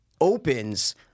opens